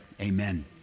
amen